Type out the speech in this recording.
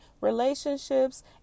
relationships